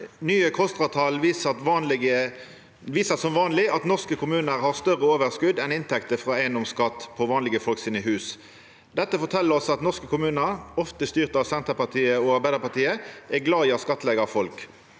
«Nye Kostra-tall viser som vanlig at norske kommuner har større overskudd enn inntekter fra eiendomsskatt på vanlige folk sine hus. Dette forteller oss at norske kommuner, som ofte er styrt av Senterpartiet og Arbeiderpartiet, er glad i å skattlegge folk.